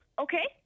okay